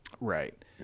Right